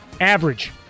Average